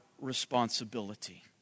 responsibility